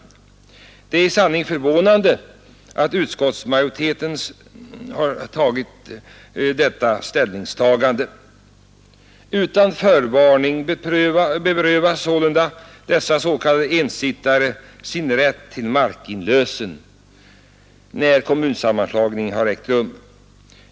Det är i sanning förvånande att utskottsmajoriteten har tagit denna ställning. Utan förvarning berövas dessa s.k. ensittare sin rätt till markinlösen när kommunsammanslagning ägt rum.